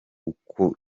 uku